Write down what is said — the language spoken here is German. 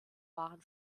waren